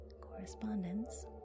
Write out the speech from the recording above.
Correspondence